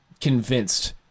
convinced